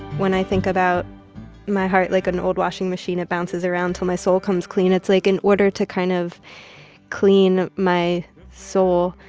when i think about my heart like an old washing machine, it bounces around till my soul comes clean, it's like in order to kind of clean my soul.